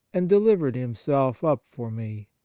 and delivered himself up for me.